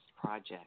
project